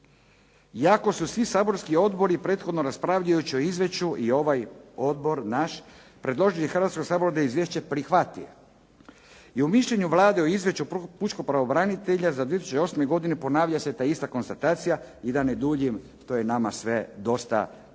Iako su svi saborski odbori prethodno raspravljajući o izvješću i ovaj odbor naš predložio je Hrvatskom saboru da izvješće prihvati. I u mišljenju Vlade o Izvješću pučkog pravobranitelja za 2008. godinu ponavlja se da ista konstatacija. I da ne duljim, to je nama sve dosta bilo